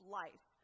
life